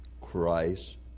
Christ